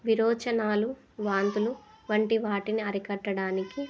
విరేచనాలు వాంతులు వంటి వాటిని అరికట్టడానికి